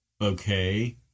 okay